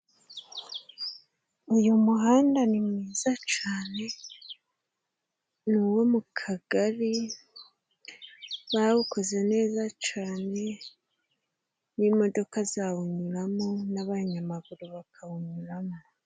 Uyu muhanda ni mwiza cane, ni uwo mu kagari, bawukoze neza cane, n'imodoka zawunyuramo n'abanyamaguru bakawunyuramo.